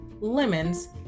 Lemons